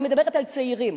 אני מדברת על צעירים.